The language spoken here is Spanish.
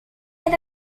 era